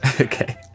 okay